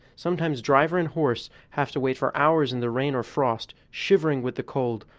sometimes driver and horse have to wait for hours in the rain or frost, shivering with the cold,